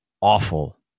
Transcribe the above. awful